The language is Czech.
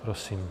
Prosím.